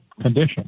condition